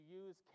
use